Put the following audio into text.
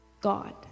God